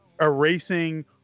erasing